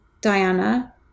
Diana